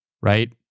right